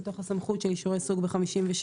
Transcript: מתוך הסמכות של אישור סוג ב-53.